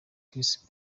chris